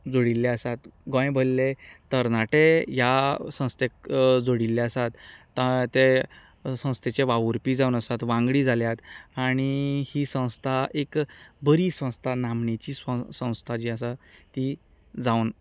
जोडिल्ले आसा गोंयभल्ले तरणाटे ह्या संस्तेक जोडिल्ले आसात ते संस्थेचे वावुरपी जावन आसात वांगडी जाल्यात आनी ही संस्था एक बरी संस्था नामनेची संस्था ती जावन आसा